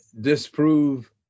disprove